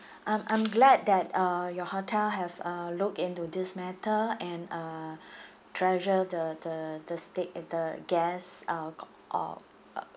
I'm I'm glad that uh your hotel have a look into this matter and uh treasure the the the stay eh the guest uh or uh